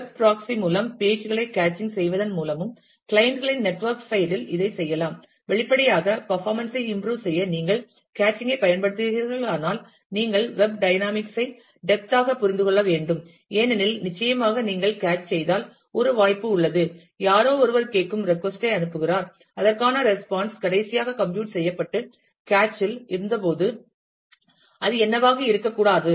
web proxy மூலம் page களை caching செய்வதன் மூலமும் கிளைன்ட் களின் நெட்வொர்க் சைட் இல் இதைச் செய்யலாம் வெளிப்படையாக பர்ஃபாமென்ஸ் ஐ இம்புரோவ் செய்ய நீங்கள் கேச்சிங் ஐ பயன்படுத்துகிறீர்களானால் நீங்கள் வெப் டைனமிக்ஸ் ஐ டெப்த் ஆக புரிந்து கொள்ள வேண்டும் ஏனெனில் நிச்சயமாக நீங்கள் கேச் செய்தால் ஒரு வாய்ப்பு உள்ளது யாரோ ஒருவர் கேட்கும் ரெட்கொஸ்ட் ஐ அனுப்புகிறார் அதற்கான ரெஸ்பான்ஸ் கடைசியாக கம்ப்யூட் செய்யப்பட்டு கேச் இல் இருந்தபோது அது என்னவாக இருக்கக்கூடாது